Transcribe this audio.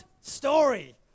story